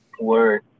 Word